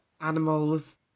animals